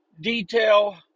detail